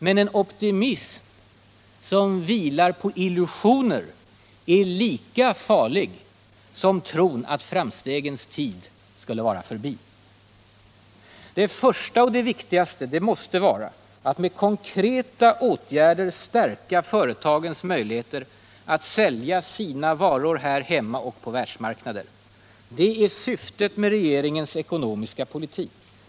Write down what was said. Men en optimism som vilar på illusioner är lika farlig som tron att framstegens tid skulle vara förbi. Det första och viktigaste måste vara att med konkreta åtgärder stärka företagens möjligheter att sälja sina varor här hemma och på världsmarknaden. Det är syftet med regeringens ekonomiska politik.